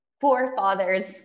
forefathers